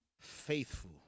faithful